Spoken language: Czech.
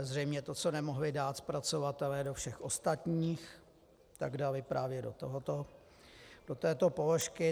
Zřejmě to, co nemohli dát zpracovatelé do všech ostatních, tak dali právě do této položky.